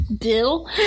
Bill